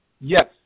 Yes